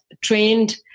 trained